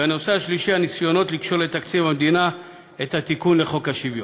והנושא השלישי: הניסיונות לקשור לתקציב המדינה את התיקון לחוק השוויון.